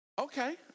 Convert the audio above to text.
Okay